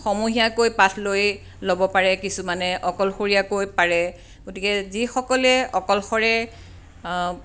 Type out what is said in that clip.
সমূহীয়াকৈ পাঠ লৈয়ে ল'ব পাৰে কিছুমানে অকলশৰীয়াকৈ পাৰে গতিকে যিসকলে অকলশৰে